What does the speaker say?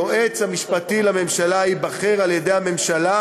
היועץ המשפטי לממשלה ייבחר על-ידי הממשלה